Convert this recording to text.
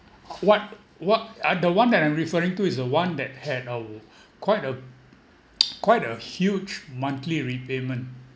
what what uh the one that I'm referring to is the one that had uh quite a quite a huge monthly repayment